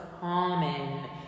common